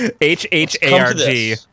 H-H-A-R-G